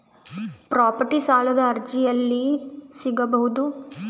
Property ಸಾಲದ ಅರ್ಜಿ ಎಲ್ಲಿ ಸಿಗಬಹುದು?